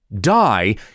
die